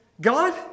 God